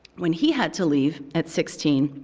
when he had to leave at sixteen,